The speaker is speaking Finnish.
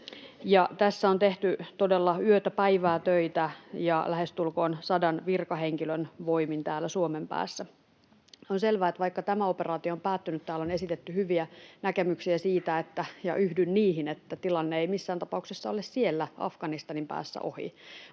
Tässä on tehty todella yötä päivää töitä ja lähestulkoon sadan virkahenkilön voimin täällä Suomen päässä. On selvää, että vaikka tämä operaatio on päättynyt — täällä on esitetty hyviä näkemyksiä siitä, ja yhdyn niihin — niin tilanne ei missään tapauksessa ole siellä Afganistanin päässä ohi.